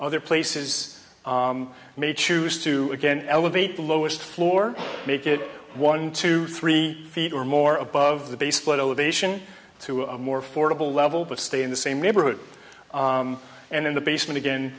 other places may choose to again elevate the lowest floor make it one two three feet or more above the base but elevation to a more affordable level but stay in the same neighborhood and in the basement again